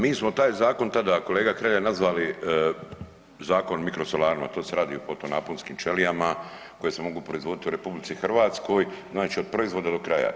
Mi smo taj zakon tada kolega Hrelja nazvali zakon o mikrosolarima, to se radi o fotonaponskim ćelijama koje se mogu proizvoditi u RH, znači od proizvoda do kraja.